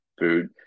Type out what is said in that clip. food